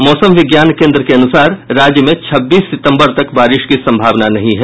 मौसम विज्ञान केंद्र के अनुसार राज्य में छब्बीस सितंबर तक बारिश की संभावना नहीं है